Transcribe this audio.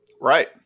Right